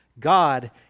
God